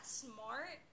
smart